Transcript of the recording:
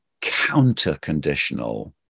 counter-conditional